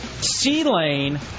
C-Lane